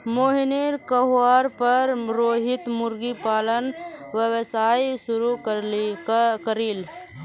मोहिनीर कहवार पर रोहित मुर्गी पालन व्यवसाय शुरू करील